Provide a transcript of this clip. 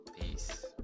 peace